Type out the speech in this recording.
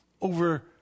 over